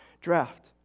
draft